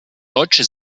deutsche